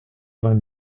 vingt